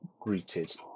greeted